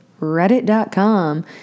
Reddit.com